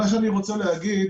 מה שאני רוצה להגיד,